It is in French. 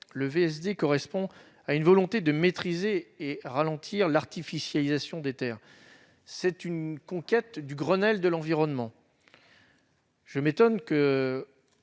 Le VSD répond à une volonté de maîtriser et de ralentir l'artificialisation des terres. C'est une conquête du Grenelle de l'environnement : sa